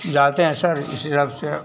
जाते हैं सर उसी हिसाब से